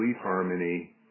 harmony